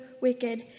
wicked